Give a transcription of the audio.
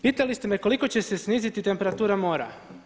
Pitali ste me koliko će se sniziti temperatura mora?